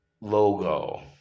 Logo